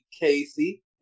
Casey